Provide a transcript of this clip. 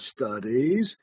studies